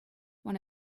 one